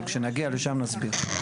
אבל כשנגיע לשם נסביר.